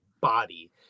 body